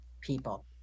people